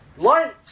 Light